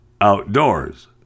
outdoors